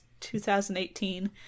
2018